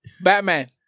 Batman